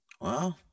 Wow